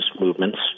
movements